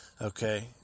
Okay